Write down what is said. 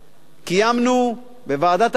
קיימנו בוועדת החינוך